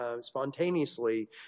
spontaneously